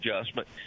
adjustment